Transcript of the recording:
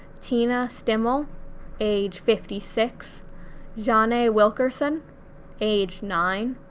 tina stimmel age fifty six zha-nae wilkerson age nine,